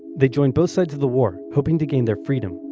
they joined both sides of the war, hoping to gain their freedom,